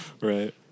Right